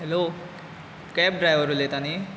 hello cab driver उलयता न्ही